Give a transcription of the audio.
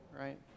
right